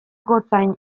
gotzain